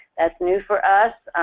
that's new for us.